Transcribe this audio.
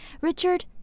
Richard